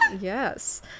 Yes